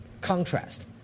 contrast